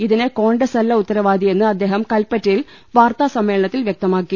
ഇതിന് കോൺഗ്രസ് അല്ല ഉത്തരവാദിയെന്ന് അദ്ദേഹം കൽപ്പറ്റയിൽ വാർത്താസമ്മേളനത്തിൽ വ്യക്തമാക്കി